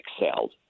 excelled